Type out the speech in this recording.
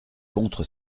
contre